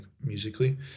musically